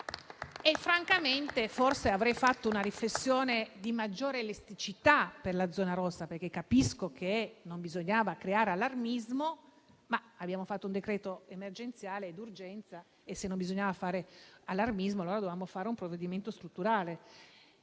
Francamente, forse avrei fatto una riflessione di maggiore elasticità per la zona rossa, perché capisco che non bisognava creare allarmismo, ma abbiamo fatto un decreto emergenziale e d'urgenza e, se non bisognava fare allarmismo, allora dovevamo fare un provvedimento strutturale.